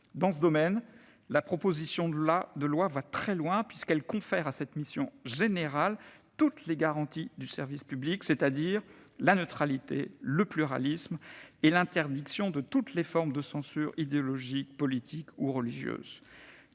Dans ce domaine, la proposition de loi va très loin puisqu'elle confère à cette mission générale toutes les garanties du service public, c'est-à-dire la neutralité, le pluralisme et l'interdiction de toutes les formes de censure idéologique, politique ou religieuse.